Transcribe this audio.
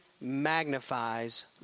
magnifies